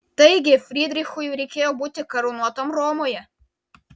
taigi frydrichui reikėjo būti karūnuotam romoje